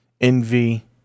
envy